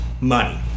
money